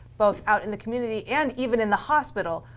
both out in the community and even in the hospital,